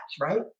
right